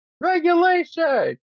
regulation